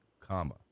comma